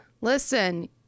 listen